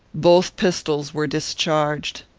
both pistols were discharged.